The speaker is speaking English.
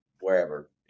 wherever